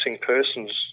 Persons